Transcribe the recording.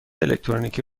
الکترونیکی